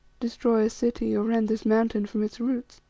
destroy a city or rend this mountain from its roots.